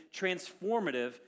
transformative